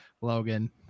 Logan